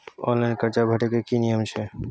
Online कर्जा भरै के की नियम छै?